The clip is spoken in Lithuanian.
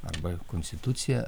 arba konstitucija